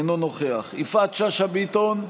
אינו נוכח יפעת שאשא ביטון,